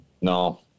No